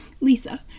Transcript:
Lisa